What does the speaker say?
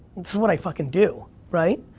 this is what i fuckin' do, right?